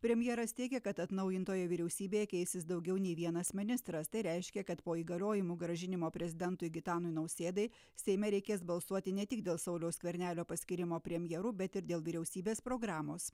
premjeras teigia kad atnaujintoje vyriausybėje keisis daugiau nei vienas ministras tai reiškia kad po įgaliojimų grąžinimo prezidentui gitanui nausėdai seime reikės balsuoti ne tik dėl sauliaus skvernelio paskyrimo premjeru bet ir dėl vyriausybės programos